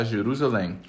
Jerusalém